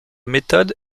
méthode